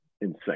insane